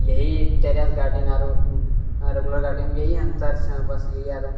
यही terrace gardening आरो regular गार्डनिंगमे यही अन्तर छऽ बस ई आरो